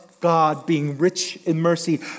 God-being-rich-in-mercy